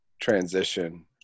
transition